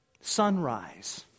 Sunrise